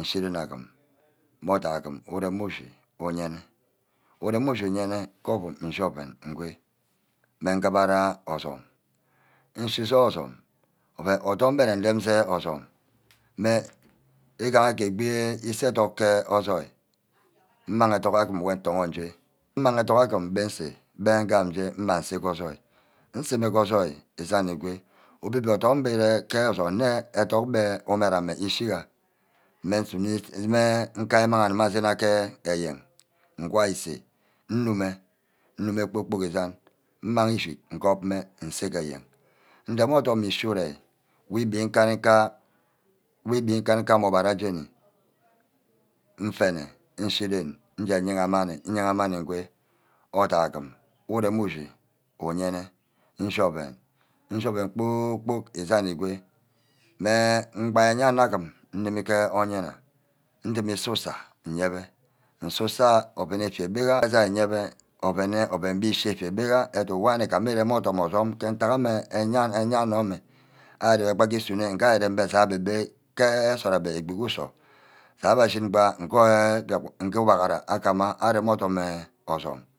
nshiren agim. mme othai agim urem ushi uyene. uyreme ushi uyene ke ouum-ouum nshi oven ngwe mme ngubora osume. nshi ke osume odum mbe nnedem ke osume mme igaha ke egbi isey educk ke ojoi. mmang educk agim wey ntogho nje. mmang adock agim mbe nsey. mbe ngam nje mmang nsey ke ojoi. nseme ke ojoi ke ísan igwe obio obio adun ire ke osume nne educk mbe omed ame ishiga íse nnumeh. nnumeh kpor-kpork esan mmang ishick ngopme nse ke eyen nrem odum ishi urei ugbi nkanika. ugbi nkani ka ugbara jeni mfene nshi rene nje yaha-manni. nyaha manni ngwe othai agim urem ushi uyene. nshi oven. nshi oven kpor-kpork esan egwe mme mbari ayenna agim nnime ke oyina ndime usu-sa nyebe nsu sah oven euia-gbege nyebe oven gbe íshí-eshi gbegaha aduck wor arigama erem odum osume. mme ke ntack enh eyennor ari. íre sunnor n̄ga agbe adit ke nsort agbe ke egbi ku usoh. je abe ashin gbe nge ugbah-ra agama erem osume